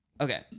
Okay